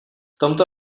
tomto